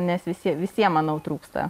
nes visiem visiem manau trūksta